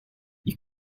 you